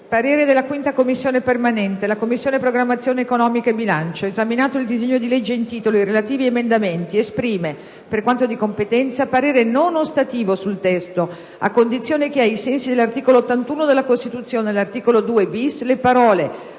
parere non ostativo». «La Commissione programmazione economica, bilancio, esaminato il disegno di legge in titolo ed i relativi emendamenti, esprime, per quanto di competenza, parere non ostativo sul testo a condizione che, ai sensi dell'articolo 81 della Costituzione, all'articolo 2-*bis* le parole: